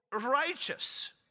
righteous